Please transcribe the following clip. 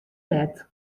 let